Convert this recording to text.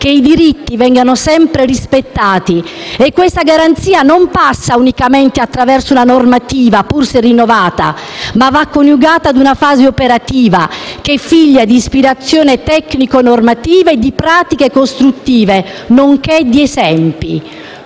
che i diritti vengano sempre rispettati, e questa garanzia non passa unicamente attraverso una normativa, pur se rinnovata, ma va coniugata ad una fase operativa che è figlia di ispirazione tecnico-normativa e di pratiche costruttive, nonché di esempi.